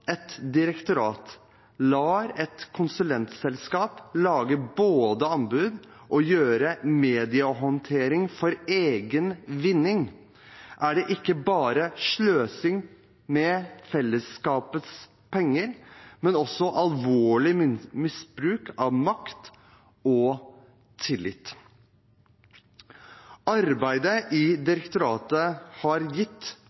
et direktorat lar et konsulentselskap både lage anbud og gjøre mediehåndtering for egen vinning, er det ikke bare sløsing med fellesskapets penger, men også alvorlig misbruk av makt og tillit. Arbeidet i direktoratet har gitt